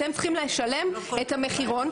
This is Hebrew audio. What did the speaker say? אתם צריכים לשלם את המחירון,